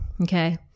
Okay